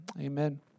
Amen